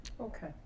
okay